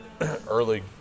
early